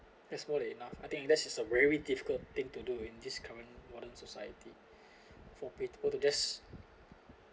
that's more than enough I think that is a very difficult thing to do in this coming modern society for people to just